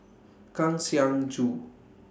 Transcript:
Kang Siong Joo